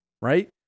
Right